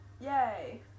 Yay